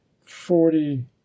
forty